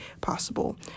possible